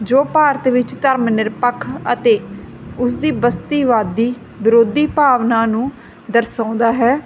ਜੋ ਭਾਰਤ ਵਿੱਚ ਧਰਮ ਨਿਰਪੱਖ ਅਤੇ ਉਸਦੀ ਬਸਤੀਵਾਦੀ ਵਿਰੋਧੀ ਭਾਵਨਾ ਨੂੰ ਦਰਸਾਉਂਦਾ ਹੈ